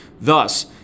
Thus